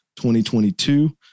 2022